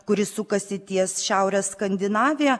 kuris sukasi ties šiaurės skandinavija